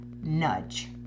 nudge